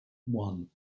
one